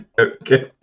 Okay